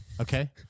Okay